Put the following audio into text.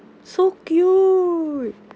so cute